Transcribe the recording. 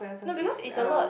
no because is a lot